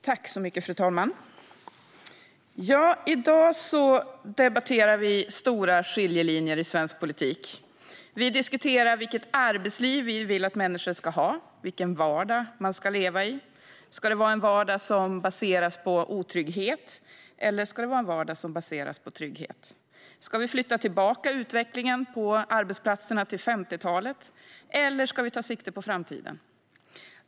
Fru talman! I dag debatterar vi stora skiljelinjer i svensk politik. Vi diskuterar vilket arbetsliv vi vill att människor ska ha, vilken vardag man ska leva i - en vardag som baseras på otrygghet eller en vardag som baseras på trygghet - och om vi ska flytta tillbaka utvecklingen på arbetsplatserna till 50-talet eller ta sikte på framtiden.